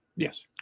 Yes